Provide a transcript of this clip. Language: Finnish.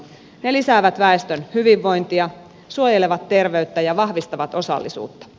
ne lisäävät väestön hyvinvointia suojelevat terveyttä ja vahvistavat osallisuutta